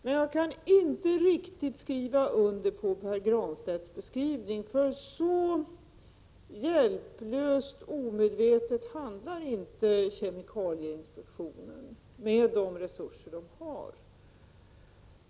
Men ” jag kan inte riktigt skriva under på Pär Granstedts beskrivning, för så hjälplöst omedvetet handlar inte kemikalieinspektionen med de resurser den har.